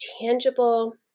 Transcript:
tangible